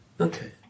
okay